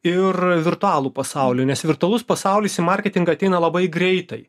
ir virtualų pasaulį nes virtualus pasaulis į marketingą ateina labai greitai